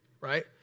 right